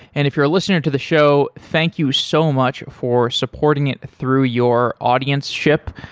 and if you're a listener to the show, thank you so much for supporting it through your audienceship.